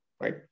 right